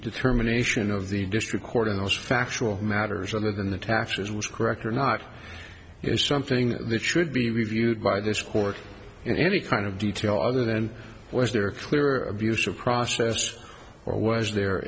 determination of the district court in those factual matters other than the taxes was correct or not is something that should be reviewed by this court in any kind of detail other than was there a clear abuse of process or was there